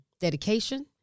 dedication